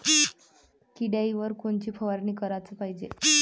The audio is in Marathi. किड्याइवर कोनची फवारनी कराच पायजे?